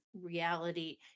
reality